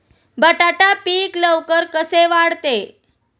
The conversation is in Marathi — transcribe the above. बटाटा पीक लवकर कसे वाढते?